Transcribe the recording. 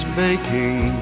baking